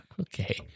Okay